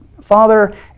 Father